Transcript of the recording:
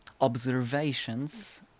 observations